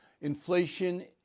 Inflation